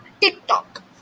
TikTok